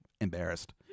embarrassed